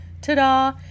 ta-da